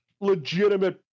legitimate